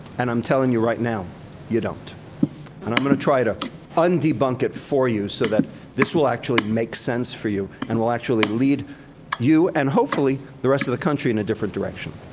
and i'm telling you right now you don't and i'm gonna try to un-debunk it for you so that this will actually make sense for you and will actually lead you, and hopefully the rest of the country, in a different direction.